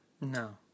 No